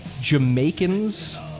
Jamaicans